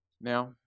Now